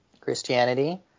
Christianity